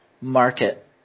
market